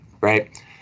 right